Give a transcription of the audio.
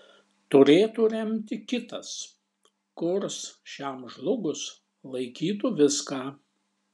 turėtų remti kitas kurs šiam žlugus laikytų viską